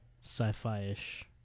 sci-fi-ish